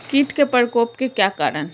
कीट के प्रकोप के क्या कारण हैं?